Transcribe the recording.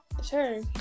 Sure